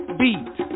beat